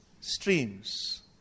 streams